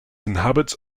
inhabits